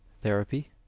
therapy